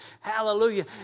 Hallelujah